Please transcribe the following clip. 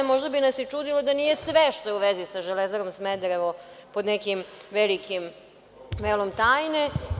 Možda bi nas i čudilo da nije sve što je u vezi sa „Železarom Smederevom“ pod nekim velikim velom tajne.